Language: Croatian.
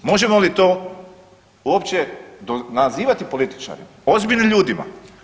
Možemo li to uopće nazivati političarima, ozbiljnim ljudima.